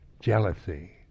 jealousy